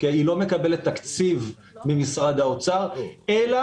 היא לא מקבלת תקציב ממשרד האוצר אלא